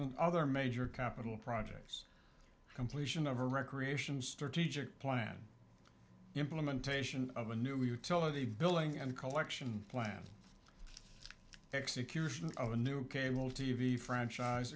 in other major capital projects completion of a recreation strategic plan implementation of a new we would tell of the billing and collection planned execution of a new cable t v franchise